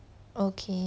okay